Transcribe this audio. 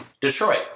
Detroit